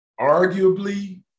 arguably